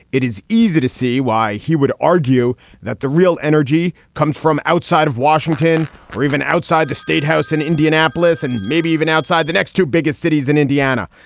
it is easy to see why he would argue that the real energy comes from outside of washington or even outside the statehouse in indianapolis, and maybe even outside the next two biggest cities in indiana.